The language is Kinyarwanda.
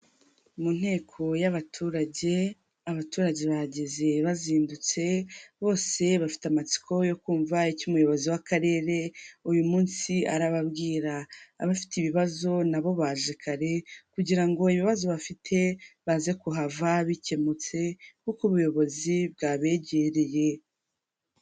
Mu nteko y'abaturage abaturage bahageze bazindutse bose bafite amatsiko yo kumva icyo umuyobozi w'akarere uyu munsi arababwira abafite ibibazo nabo baje kare kugira ngo ibibazo bafite baze kuhava bikemutse kuko ubuyobozi bwabegereye.